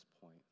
point